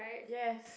yes